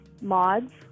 mods